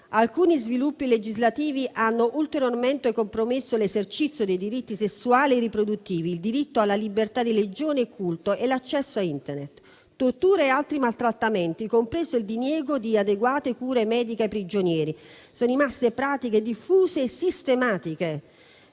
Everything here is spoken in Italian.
Alcuni sviluppi legislativi hanno ulteriormente compromesso l'esercizio dei diritti sessuali e riproduttivi, il diritto alla libertà di religione e culto e l'accesso a Internet. Torture e altri maltrattamenti, compreso il diniego di adeguate cure mediche ai prigionieri, sono rimaste pratiche diffuse e sistematiche.